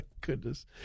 goodness